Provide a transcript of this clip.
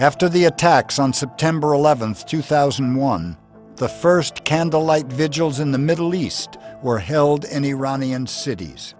after the attacks on september eleventh two thousand and one the first candlelight vigils in the middle east were held in iranian cities